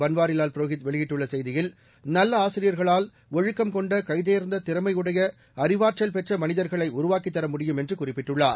பன்வாரிலால் புரோஹித் வெளியிட்டுள்ள செய்தியில் நல்ல ஆசிரியர்களால் ஒழுக்கம் கொண்ட கைதேர்ந்த திறமையுடைய அறிவாற்றல் பெற்ற மனிதர்களை உருவாக்கித் தரமுடியும் என்று குறிப்பிட்டுள்ளார்